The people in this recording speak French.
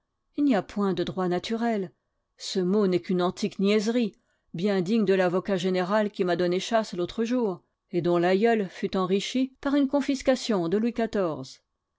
il n'y a point de droit naturel ce mot n'est qu'une antique niaiserie bien digne de l'avocat général qui m'a donné chasse l'autre jour et dont l'aïeul fut enrichi par une confiscation de louis